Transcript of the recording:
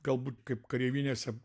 galbūt kaip kareivinėse